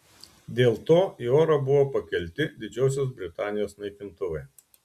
dėl to į orą buvo pakelti didžiosios britanijos naikintuvai